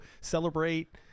celebrate